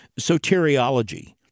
soteriology